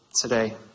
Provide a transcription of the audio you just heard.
today